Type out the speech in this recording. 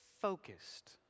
focused